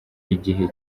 igihe